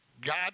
God